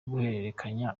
guhererekanya